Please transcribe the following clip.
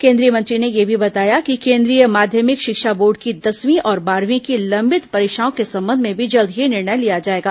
केन्द्रीय मंत्री ने यह भी बताया कि केन्द्रीय माध्यमिक शिक्षा बोर्ड की दसवीं और बारहवीं की लंबित परीक्षाओं के संबंध में भी जल्द ही निर्णय लिया जाएगा